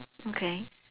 okay